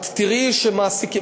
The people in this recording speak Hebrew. את תראי שמעסיקים,